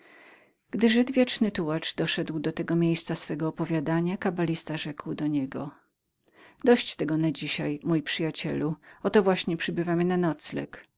żyd wieczny tułacz doszedł do tego miejsca swego opowiadania kabalista mu rzekł dość tego na dzisiaj mój przyjacielu oto właśnie przybywamy na nocleg